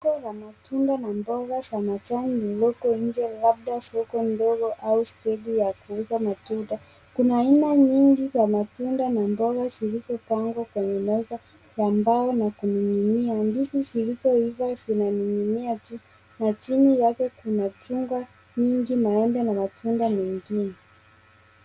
Soko la matunda na mboga za majani liloko nje labda soko ndogo au stendi ya kuuza matunda. Kuna aina nyingi za matunda na mboga zilizopangwa kwenye meza ya mbao na kuning'inia. Ndizi zilizoiva zinaning'inia juu na chini yake kuna chungwa nyingi, maembe na matunda mengine.